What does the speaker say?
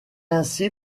ainsi